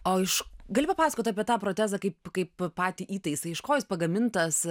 o iš gali papasakot apie tą protezą kaip kaip patį įtaisą iš ko jis pagamintas